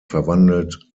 verwandelt